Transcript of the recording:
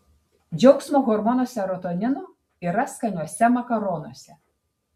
džiaugsmo hormono serotonino yra skaniuose makaronuose